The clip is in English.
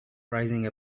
rising